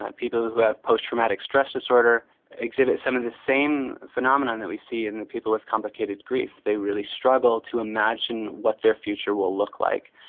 people who who have post-traumatic stress disorder exhibit some of this same phenomenon that we see in people with complicated grief. they really struggle to imagine what their future will look like.